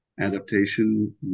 adaptation